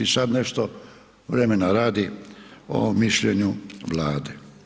I sad nešto vremena radi o mišljenju Vlade.